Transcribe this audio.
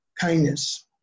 kindness